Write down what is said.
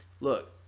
look